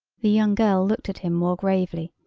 the young girl looked at him more gravely,